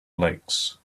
lakes